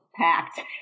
packed